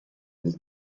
nel